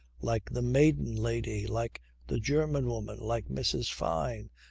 like the maiden lady, like the german woman, like mrs. fyne,